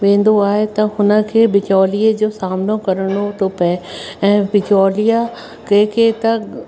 वेंदो आहे त हुनखे बिचोलिए जो सामनो करिणो थो पिए ऐं बिचोलिया कंहिंखे त